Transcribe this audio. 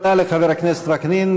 תודה לחבר הכנסת וקנין.